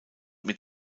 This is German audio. mit